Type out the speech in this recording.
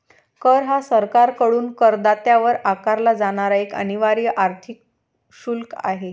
कर हा सरकारकडून करदात्यावर आकारला जाणारा एक अनिवार्य आर्थिक शुल्क आहे